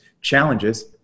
challenges